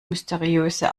mysteriöse